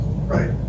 Right